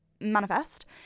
manifest